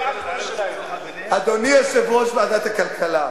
אדוני יושב-ראש ועדת הכלכלה,